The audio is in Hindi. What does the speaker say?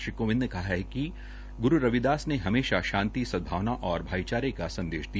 श्री कोविंद ने कहा कि ग्रू रविदास ने हमेशा शांति सदभावना और भाईचारे का संदेश दिया